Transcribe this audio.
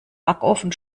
backofen